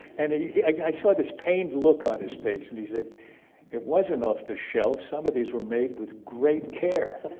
and he i saw this pained look on his face. and he said it wasn't off the shelf. some of these were made with great care.